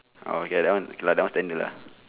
oh okay that one that one standard lah